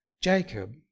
Jacob